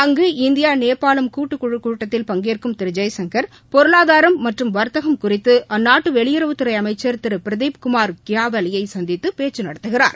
அங்கு இந்தியா நேபாள் கூட்டு குழுக்கூட்டத்தில் பங்கேற்கும் திரு ஜெய்சங்கர் பொருளாதாரம் மற்றும் வர்த்தகம் குறித்து அந்நாட்டு வெளியுறவுத்துறை அமைச்சள் திரு பிரதீப் குமார் க்பாவாலி யை சந்தித்து பேச்சு நடத்துகிறார்